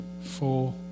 four